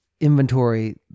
inventory